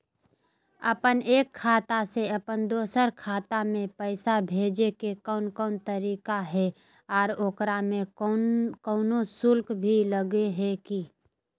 अपन एक खाता से अपन दोसर खाता में पैसा भेजे के कौन कौन तरीका है और ओकरा में कोनो शुक्ल भी लगो है की?